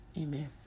Amen